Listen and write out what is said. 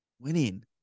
winning